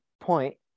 point